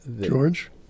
George